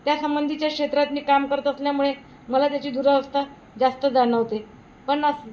त्या संबंधीच्या क्षेत्रात मी काम करत असल्यामुळे मला त्याची दुरावस्था जास्त जाणवते पण असं